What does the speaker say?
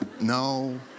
No